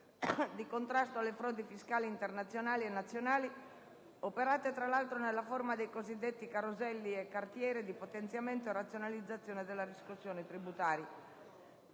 di contrasto alle frodi fiscali internazionali e nazionali operate, tra l'altro, nella forma dei cosiddetti «caroselli» e «cartiere», di potenziamento e razionalizzazione della riscossione tributaria